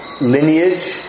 Lineage